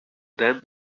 then